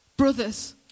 Brothers